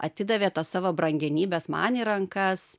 atidavė tas savo brangenybes man į rankas